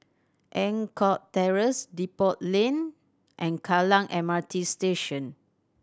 Eng Kong Terrace Depot Lane and Kallang M R T Station